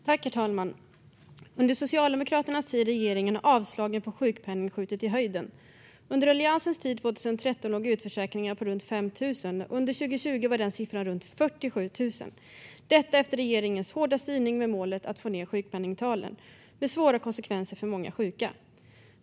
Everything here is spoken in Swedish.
Herr talman! Under Socialdemokraternas tid i regeringen har avslagen för sjukpenning skjutit i höjden. År 2013, under Alliansens tid, låg antalet utförsäkringar på runt 5 000 fall, och under 2020 var siffran runt 47 000. Detta skedde efter det att regeringen införde en hård styrning med målet att få ned sjukpenningtalen, vilket gav svåra konsekvenser för många sjuka.